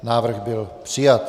Návrh byl přijat.